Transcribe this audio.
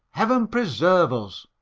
heaven preserve us.